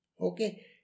okay